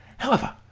however,